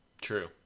True